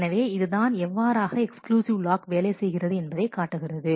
எனவே இதுதான் எவ்வாறாக எக்ஸ்க்ளூசிவ் லாக் வேலை செய்கிறது என்பதை காட்டுகிறது